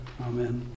amen